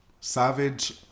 Savage